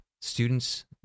students